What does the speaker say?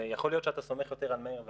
יכול להיות שאתה סומך יותר על מאיר ועלי,